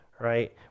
right